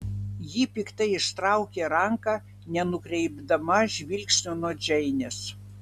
ji piktai ištraukė ranką nenukreipdama žvilgsnio nuo džeinės